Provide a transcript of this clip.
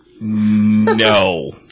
No